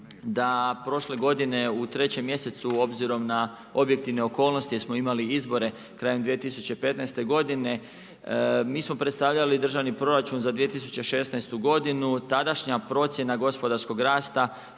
da prošle godine u 3 mjesecu, obzirom na objektivne okolnosti, jer smo imali izbore, krajem 2015. godine, mi smo predstavljali državni proračun za 2016. godinu. Tadašnja procjena gospodarskog rasta